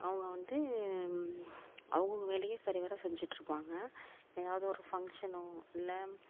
அவங்க வந்து அவங்க அவங்க வேலையை சரிவர செஞ்சிகிட்டு இருப்பாங்க ஏதாவது ஒரு ஃபங்க்ஷனோ இல்லை